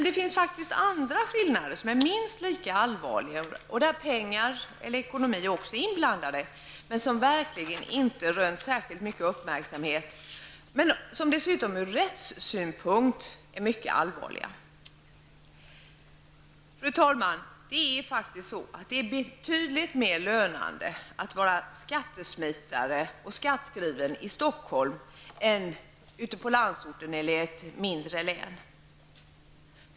Det finns emellertid andra skillnader som är minst lika allvarliga, där ekonomin också är inblandad, men som inte har rönt särskilt mycket uppmärksamhet. Dessa frågor kan dessutom vara mycket allvarliga ur rättssynpunkt. Fru talman! Det är faktiskt betydligt mer lönande att vara skattesmitare och skattskriven i Stockholm än ute på landsorten eller i ett mindre län.